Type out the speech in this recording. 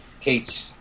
Kate